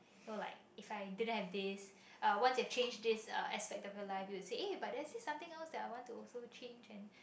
no like if I didn't have this uh once you've changed this uh aspect of your life you wuold say eh but there is something that I want to also change and